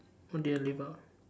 what did I leave out